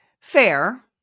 Fair